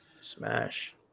smash